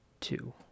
Two